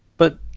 but,